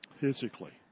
Physically